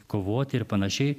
kovoti ir panašiai